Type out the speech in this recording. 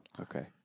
okay